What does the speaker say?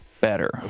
better